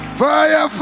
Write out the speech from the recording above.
fire